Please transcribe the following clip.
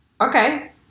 okay